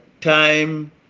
time